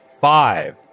five